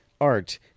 Art